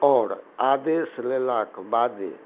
आओर आदेश लेलाके बादे